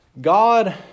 God